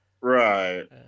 Right